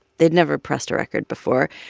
they'd never pressed a record before,